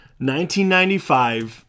1995